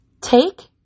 Take